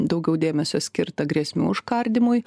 daugiau dėmesio skirta grėsmių užkardymui